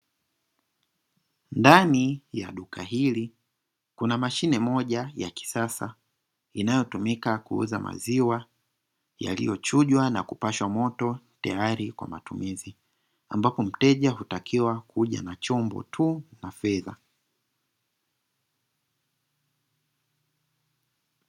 Ndani ya duka hili kuna mashine moja ya kisasa inayotumika kuuza maziwa yaliyo chujwa, na kupashwa moto tayari kwa matumizi. Ambapo mteja hutakiwa kuja na chombo tu na fedha.